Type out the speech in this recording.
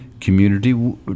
community